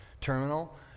terminal